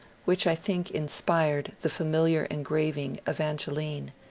which i think inspired the familiar engraving evangeline,